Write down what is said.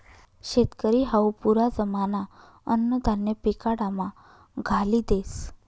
शेतकरी हावू पुरा जमाना अन्नधान्य पिकाडामा घाली देस